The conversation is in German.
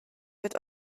wird